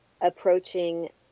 approaching